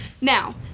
Now